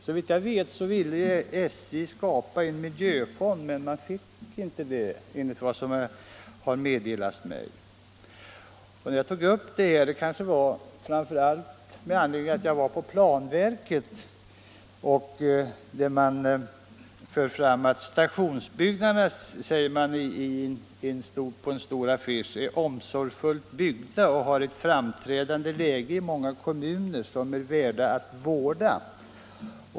Såvitt jag har mig bekant har SJ velat skapa en miljöfond men inte fått göra det. Att jag tog upp detta ärende berodde framför allt på att jag besökte planverket. Där säger man på en stor affisch att stationsbyggnaderna i många kommuner är omsorgsfullt byggda och har ett framträdande läge och därför är värda att vårda.